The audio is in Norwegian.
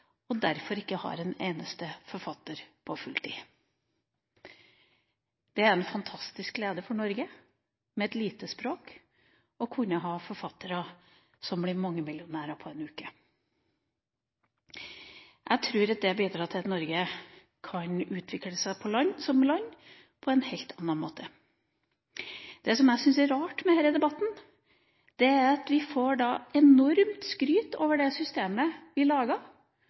og derfor ikke har en eneste forfatter på full tid. Det er en fantastisk glede for Norge med et lite språk å kunne ha forfattere som blir mangemillionærer på en uke. Jeg tror det bidrar til at Norge utvikler seg som nasjon på en helt annen måte. Det jeg syns er rart med denne debatten, er at vi får enormt skryt for det systemet – for den bokavtalen – vi